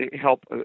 help